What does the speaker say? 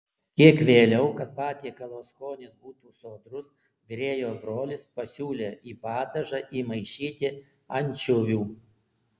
kiek vėliau kad patiekalo skonis būtų sodrus virėjo brolis pasiūlė į padažą įmaišyti ančiuvių